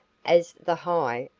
as the high,